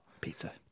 pizza